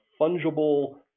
fungible